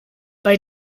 bei